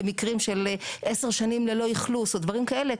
במקרים של 10 שנים ללא אכלוס או דברים כאלה.